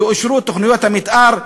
יאושרו תוכניות המתאר,